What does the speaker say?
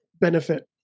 benefit